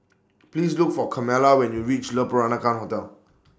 Please Look For Carmela when YOU REACH Le Peranakan Hotel